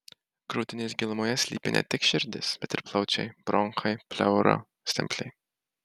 krūtinės gilumoje slypi ne tik širdis bet ir plaučiai bronchai pleura stemplė